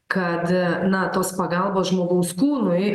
kad na tos pagalbos žmogaus kūnui